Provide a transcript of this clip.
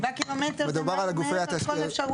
7 ק"מ זה מעל ומעבר לכל האפשרויות.